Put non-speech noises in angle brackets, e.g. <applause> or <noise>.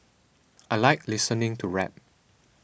<noise> I like listening to rap <noise>